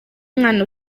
mwana